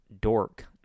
Dork